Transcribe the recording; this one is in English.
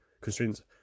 constraints